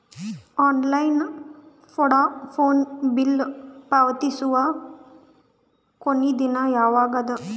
Online Vodafone bill ಪಾವತಿಸುವ ಕೊನಿ ದಿನ ಯವಾಗ ಅದ?